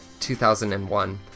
2001